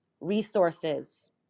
resources